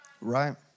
Right